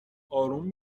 آروم